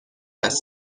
است